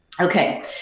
Okay